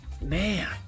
Man